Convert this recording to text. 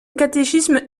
catéchisme